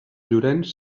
llorenç